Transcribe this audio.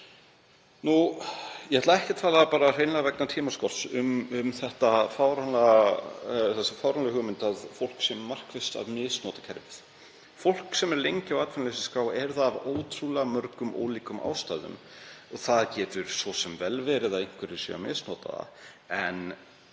Ég ætla ekki, hreinlega vegna tímaskorts, að tala um þá fáránlegu hugmynd að fólk sé markvisst að misnota kerfið. Fólk sem er lengi á atvinnuleysisskrá er það af ótrúlega mörgum, ólíkum ástæðum. Það getur svo sem vel verið að einhverjir séu að misnota það. En